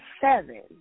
seven